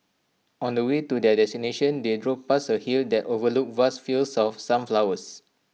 on the way to their destination they drove past A hill that overlooked vast fields of sunflowers